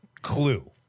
clue